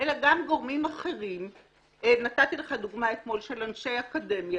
אלא גם גורמים אחרים שמבקשים - נתתי לך דוגמה אתמול של אנשי אקדמיה